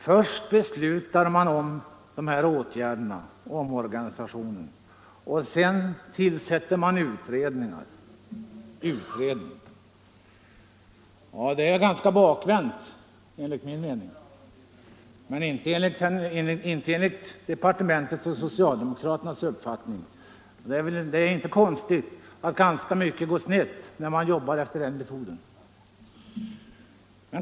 Först beslutar man omorganisationen och sedan tillsätter man utredningen. Det är ganska bakvänt enligt min mening men inte enligt departementets och socialdemokraternas uppfattning. Det är ej konstigt att ganska mycket går snett när man jobbar efter den metoden.